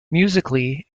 musically